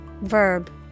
Verb